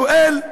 שואל.